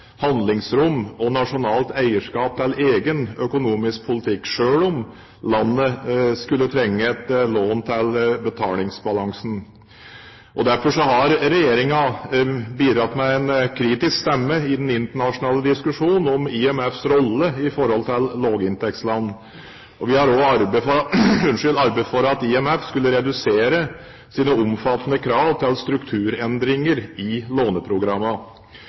nasjonalt eierskap til egen økonomisk politikk, selv om landet skulle trenge et lån til betalingsbalansen. Derfor har regjeringen bidratt med en kritisk stemme i den internasjonale diskusjonen om IMFs rolle i forhold til lavinntektsland. Vi har også arbeidet for at IMF skulle redusere sine omfattende krav til strukturendringer i